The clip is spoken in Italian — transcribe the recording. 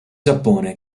giappone